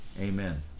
Amen